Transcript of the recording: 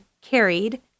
carried